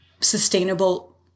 sustainable